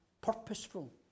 purposeful